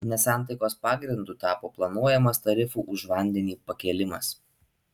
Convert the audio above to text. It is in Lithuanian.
nesantaikos pagrindu tapo planuojamas tarifų už vandenį pakėlimas